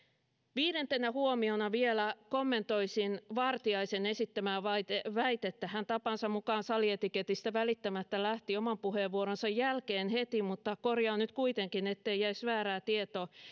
viidentenä huomiona vielä kommentoisin vartiaisen esittämää väitettä hän tapansa mukaan salietiketistä välittämättä lähti heti oman puheenvuoronsa jälkeen mutta korjaan nyt kuitenkin ettei jäisi väärää tietoa